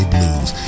Blues